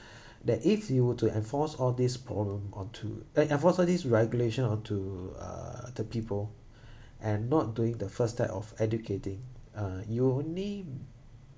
that if you were to enforce all this problem onto eh enforce all this regulation onto uh the people and not doing the first step of educating uh you only